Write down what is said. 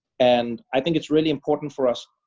and i think it's really important for us,